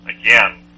again